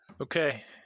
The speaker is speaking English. okay